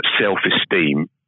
self-esteem